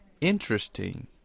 Interesting